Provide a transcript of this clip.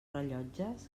rellotges